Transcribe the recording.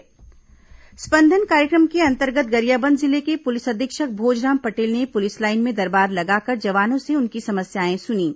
स्पंदन कार्यक्रम स्पंदन कार्यक्रम के अंतर्गत गरियाबंद जिले के पुलिस अधीक्षक भोजराम पटेल ने पुलिस लाइन में दरबार लगाकर जवानों से उनकी समस्याएं सुनीं